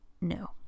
no